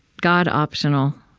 god-optional,